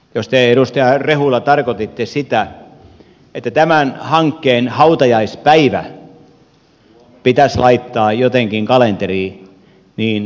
jos te edustaja rehula tarkoititte sitä että tämän hankkeen hautajaispäivä pitäisi laittaa jotenkin kalenteriin niin se käy